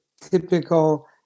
typical